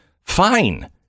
Fine